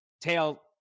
tail